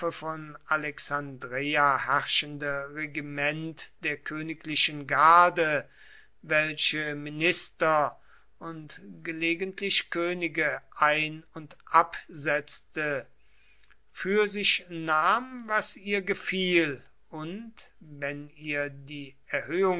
von alexandreia herrschende regiment der königlichen garde welche minister und gelegentlich könige ein und absetzte für sich nahm was ihr gefiel und wenn ihr die